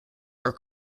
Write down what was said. are